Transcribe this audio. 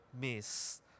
miss